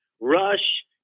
Rush